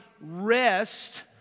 rest